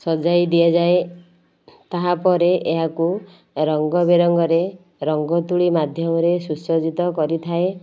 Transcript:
ସଜାଇ ଦିଆଯାଏ ତାହାପରେ ଏହାକୁ ରଙ୍ଗ ବେରଙ୍ଗରେ ରଙ୍ଗ ତୁଳି ମାଧ୍ୟମରେ ସୁସଜ୍ଜିତ କରିଥାଏ